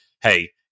Hey